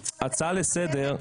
תשומת לב.